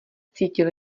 cítil